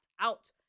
out